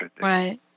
Right